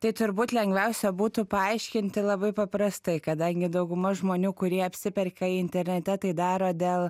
tai turbūt lengviausia būtų paaiškinti labai paprastai kadangi dauguma žmonių kurie apsiperka internete tai daro dėl